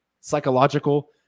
psychological